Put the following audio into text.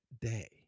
day